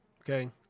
Okay